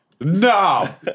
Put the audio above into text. No